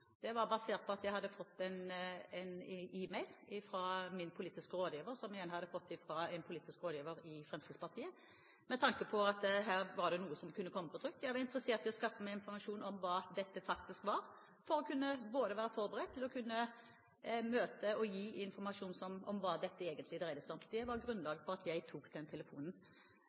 Det var basert på at jeg hadde fått en e-mail fra min politiske rådgiver, som igjen hadde fått det fra en politisk rådgiver i Fremskrittspartiet, med tanke på at her var det noe som kunne komme på trykk. Jeg var interessert i å skaffe meg informasjon om hva dette faktisk var, for å kunne være forberedt til å kunne møte og gi informasjon om hva dette egentlig dreide seg om. Det var grunnlaget for at jeg tok den telefonen.